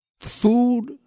Food